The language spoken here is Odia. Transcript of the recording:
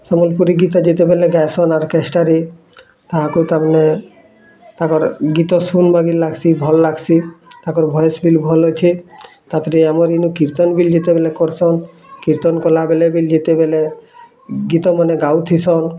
ସମ୍ବଲପୁରୀ ଗୀତ ଯେତେବେଲେ ଗାଏସନ୍ ଅର୍କେଷ୍ଟାରେ ତାହାକୁ ତାମାନେ ତାକର୍ ଗୀତ ଶୁନ୍ ବାଗିର୍ ଲାଗ୍ସି ଭଲ୍ ଲାଗ୍ସି ତାକର୍ ଭଏସ୍ ବି ଭଲ୍ ଅଛେ ତାପରେ ଆମର୍ ଇନୁ କୀର୍ତ୍ତନ୍ ବି ଯେତେବେଲେ କର୍ସନ୍ କୀର୍ତ୍ତନ୍ କଲାବେଲେ ବି ଯେତେବେଲେ ଗୀତମନେ ଗାଉଥିସନ୍